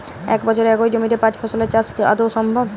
এক বছরে একই জমিতে পাঁচ ফসলের চাষ কি আদৌ সম্ভব?